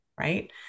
right